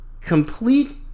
complete